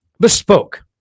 Bespoke